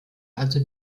also